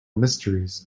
mysteries